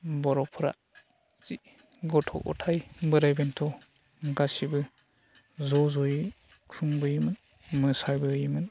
बर'फोरा जि गथ' गथाइ बोराइ बेन्थ गासिबो ज' ज'यै खुंबोयोमोन मोसाबोयोमोन